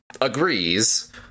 agrees